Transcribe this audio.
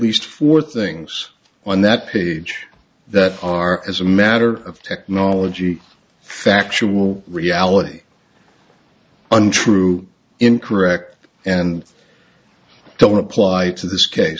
least four things on that page that are as a matter of technology factual reality untrue incorrect and don't apply to this case